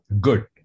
good